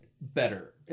better